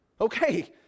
Okay